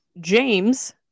James